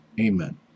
Amen